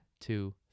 two